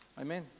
Amen